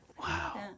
Wow